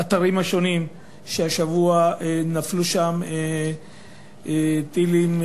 באתרים השונים שהשבוע נפלו בהם טילים,